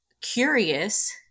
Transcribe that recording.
curious